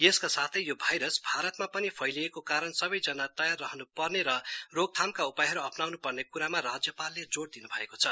यसका साथै यो भाइरस भारतमा पनि फैलिएको कारण सबैजना तयार रहनु पर्ने र रोकथामका उपायहरू अप्नाउनु पर्ने क्रामा राज्यपालले जोर दिनु भएको छ